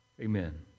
amen